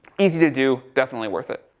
easy to do. definitely worth it.